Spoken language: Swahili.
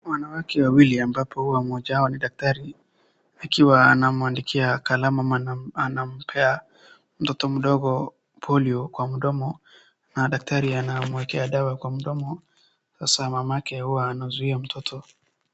Wanawake wawili ambapo huwa mmoja wao ni daktari akiwa anamwandikia kalamu ama anampea mtoto mdogo Polio kwa mdomo, na daktari anamwekea dawa kwa mdomo, sasa mamake hua anazuia mtoto.